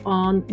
on